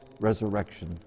resurrection